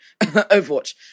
Overwatch